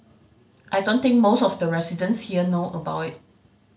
I don't think most of the residents here know about it